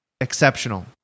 exceptional